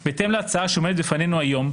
בהתאם להצעה שעומדת בפנינו היום,